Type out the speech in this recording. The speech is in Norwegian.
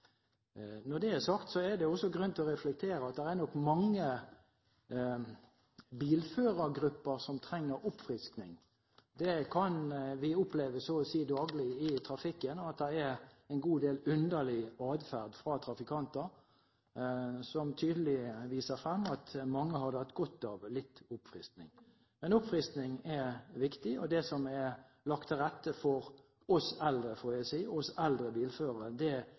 Når det er sagt, er det også grunn til å reflektere over at det nok er mange bilførergrupper som trenger oppfriskning. Vi kan så å si daglig oppleve i trafikken at det er en god del underlig atferd fra trafikanter som tydelig viser at mange hadde hatt godt av litt oppfriskning. Men oppfriskning er viktig, og det som er lagt til rett for «oss eldre» bilførere, får jeg si, bør jo mange gjøre bruk av. Herved er oppfordringen om det